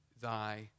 thy